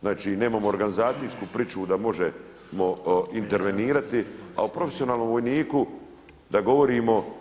Znači nemamo organizacijsku pričuvu da možemo intervenirati, a o profesionalnom vojniku da govorimo.